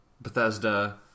bethesda